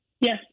Yes